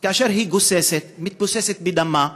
כאשר היא גוססת, מתבוססת בדמה,